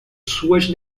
suas